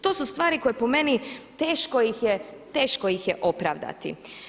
To su stvari koje po meni teško ih je opravdati.